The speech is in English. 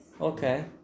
Okay